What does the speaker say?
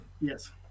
yes